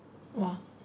!wah!